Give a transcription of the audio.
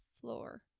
floor